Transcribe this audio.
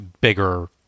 bigger